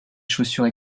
chaussures